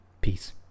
Peace